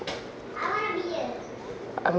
um